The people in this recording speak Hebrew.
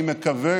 אני מקווה